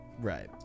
Right